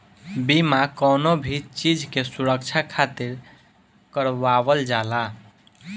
बीमा कवनो भी चीज के सुरक्षा खातिर करवावल जाला